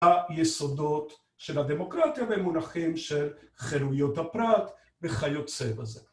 היסודות של הדמוקרטיה במונחים של חירויות הפרט וכיוצא בזה.